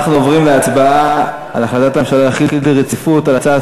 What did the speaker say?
אנחנו עוברים להצבעה על החלטת הממשלה להחיל דין רציפות על הצעת